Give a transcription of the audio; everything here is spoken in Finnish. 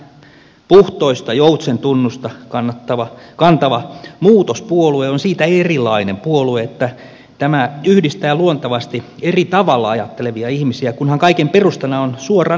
tätä puhtoista joutsentunnusta kantava muutos puolue on siitä erilainen puolue että tämä yhdistää luontevasti eri tavalla ajattelevia ihmisiä kunhan kaiken perustana on suoran demokratian idea